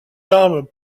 armes